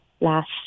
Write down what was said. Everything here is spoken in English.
last